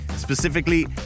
specifically